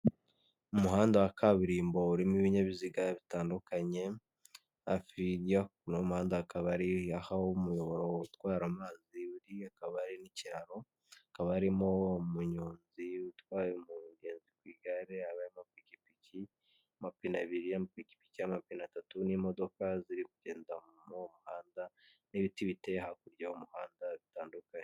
Umuhanda wa kaburimbo urimo ibinyabiziga bitandukanye afredia kuhanda akabari yahawe utwara amazi yuriya kabari n'ikiraro akaba arimo umunyonzi utwaye umugenzi ku'igare hari n'ipikipiki amapine abiri yambuki amapine atatu n'imodoka ziri kugenda mu muhanda n'ibiti biteye hakurya y'umuhanda bitandukanye.